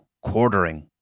quartering